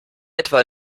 etwa